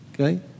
Okay